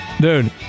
Dude